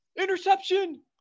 Interception